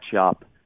up